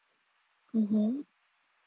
mmhmm